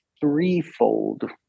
threefold